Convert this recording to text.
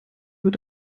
wird